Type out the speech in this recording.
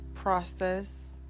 process